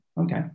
Okay